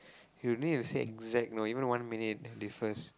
you need to say exact you know even one minute difference